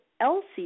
Elsie